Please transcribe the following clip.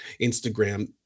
Instagram